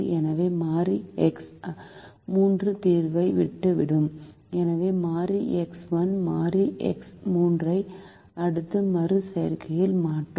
எனவே மாறி எக்ஸ் 3 தீர்வை விட்டு விடும் எனவே மாறி எக்ஸ் 1 மாறி எக்ஸ் 3 ஐ அடுத்த மறு செய்கையில் மாற்றும்